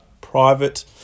private